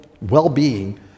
well-being